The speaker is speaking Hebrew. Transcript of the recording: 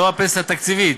לא הפנסיה התקציבית,